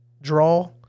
draw